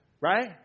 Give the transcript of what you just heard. right